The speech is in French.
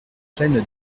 pleine